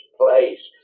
place